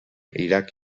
iraq